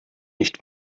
nicht